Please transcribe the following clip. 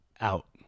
out